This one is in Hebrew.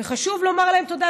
וחשוב לומר להם תודה.